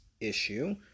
issue